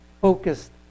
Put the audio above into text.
focused